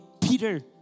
Peter